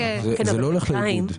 זה לא הולך לאיבוד.